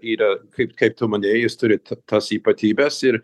yra kaip kaip tu manei jis turi tas ypatybes ir